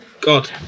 God